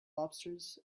lobsters